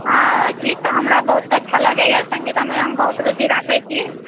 हँ गीत तऽ हमरा बहुत अच्छा लगैए सङ्गीतमे हम बहुत रुचि राखए छी